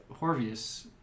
Horvius